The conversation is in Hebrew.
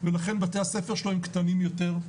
ולכן בתי הספר שלהם קטנים יותר.